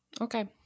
Okay